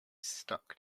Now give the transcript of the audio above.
stuck